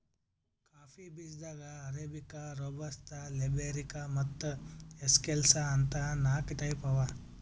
coffee ಬೀಜಾದಾಗ್ arabica, robusta, liberica ಮತ್ತ್ excelsa ಅಂತ್ ನಾಕ್ ಟೈಪ್ ಅವಾ